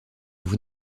vous